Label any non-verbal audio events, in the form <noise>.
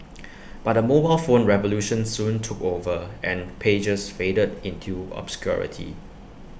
<noise> but the mobile phone revolution soon took over and pagers faded into obscurity